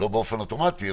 לא באופן אוטומטי,